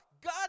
God